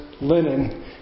linen